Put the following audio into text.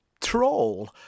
troll